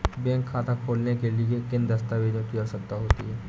Bank खाता खोलने के लिए किन दस्तावेजों की आवश्यकता होती है?